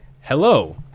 hello